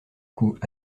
coup